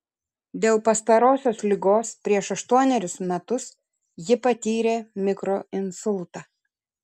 dėl pastarosios ligos prieš aštuonerius metus ji patyrė mikroinsultą